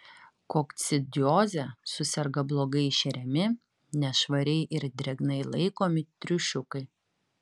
kokcidioze suserga blogai šeriami nešvariai ir drėgnai laikomi triušiukai